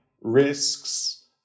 risks